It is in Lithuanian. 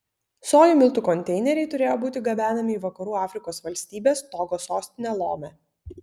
sojų miltų konteineriai turėjo būti gabenami į vakarų afrikos valstybės togo sostinę lomę